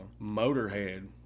Motorhead